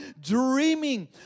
dreaming